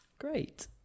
Great